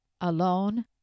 Alone